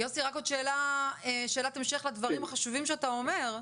יוסי רק עוד שאלת המשך לדברים החשובים שאתה אומר,